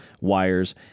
wires